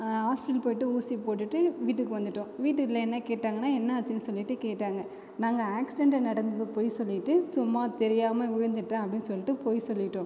hospital போயிட்டு ஊசி போட்டுட்டு வீட்டுக்கு வந்துட்டோம் வீட்டில் என்ன கேட்டாங்கன்னா என்னாச்சுன்னு சொல்லிட்டு கேட்டாங்க நாங்கள் ஆச்சிடென்ட் நடந்தது பொய் சொல்லிட்டு சும்மா தெரியாமல் விழுந்துட்டோம் அப்படின்னு சொல்லிட்டு பொய் சொல்லிட்டோம்